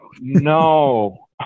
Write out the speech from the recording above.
no